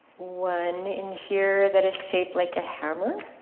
one in here that is shaped like a hammer,